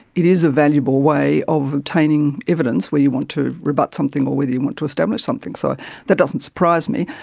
it is a valuable way of obtaining evidence where you want to rebut something or where you want to establish something. so that doesn't surprise me.